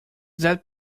that